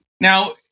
Now